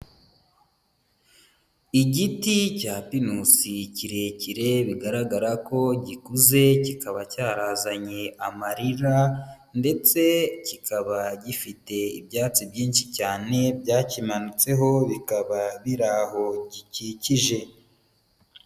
Igiti cya pinusi kirekire bigaragara ko gikuze, kikaba cyarazanye amarira, ndetse kikaba gifite ibyatsi byinshi cyane byakimanutseho, bikaba bira aho gikikije.